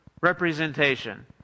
representation